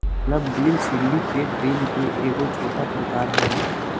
club deal syndicate ऋण के एगो छोटा प्रकार हय